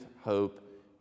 hope